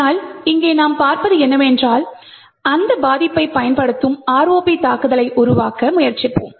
ஆனால் இங்கே நாம் பார்ப்பது என்னவென்றால் அந்த பாதிப்பைப் பயன்படுத்தும் ROP தாக்குதலை உருவாக்க முயற்சிப்போம்